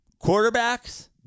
quarterbacks